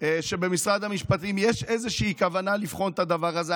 שבמשרד המשפטים יש איזושהי כוונה לבחון את הדבר הזה.